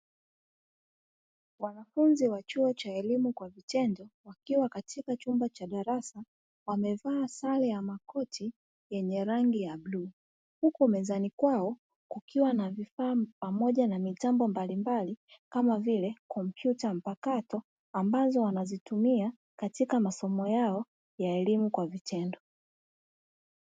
Wanafunzi wa chuo cha elimu kwa vitendo wakiwa katika chumba cha darasa wamevaa sare ya makoti yenye rangi ya bluu, huku mezani kwao kukiwa na vifaa pamoja na mitambo mbalimbali kama vile kompyuta mpakato ambazo wanazitumia katika masomo yao ya elimu kwa vitendo